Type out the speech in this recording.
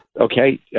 Okay